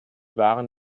waren